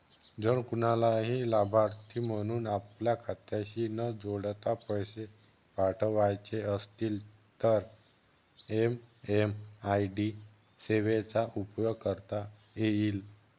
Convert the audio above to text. जर कुणालाही लाभार्थी म्हणून आपल्या खात्याशी न जोडता पैसे पाठवायचे असतील तर एम.एम.आय.डी सेवेचा उपयोग करता येईल